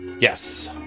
Yes